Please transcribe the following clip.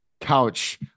couch